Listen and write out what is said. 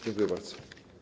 Dziękuję bardzo.